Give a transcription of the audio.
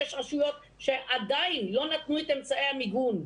שיש רשויות שעדיין לא נתנו את אמצעי המיגון.